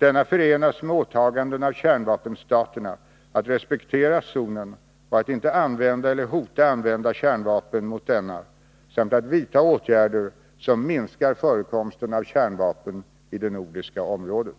Denna förenas med åtaganden av kärnvapenstaterna att respektera zonen och att inte använda eller hota använda kärnvapen mot denna samt att vidta åtgärder som minskar förekomsten av kärnvapen i det nordiska området.